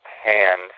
hand